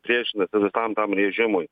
priešinasi visam tam rėžimui